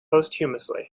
posthumously